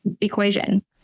equation